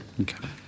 okay